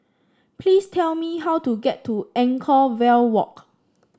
please tell me how to get to Anchorvale Walk